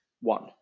One